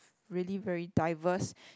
really very diverse